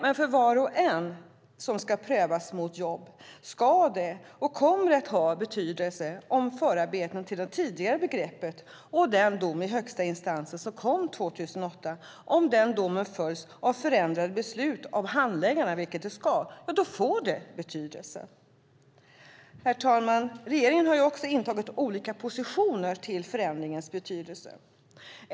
Men för var och en som ska prövas mot jobb ska det ha och kommer det att ha betydelse om förarbetena till det tidigare begreppet och den dom i högsta instans som avkunnades 2008 följs av förändrade beslut av handläggarna, vilket ska vara fallet. Då får det betydelse. Herr talman! Regeringen har också intagit olika positioner när det gäller förändringens betydelse.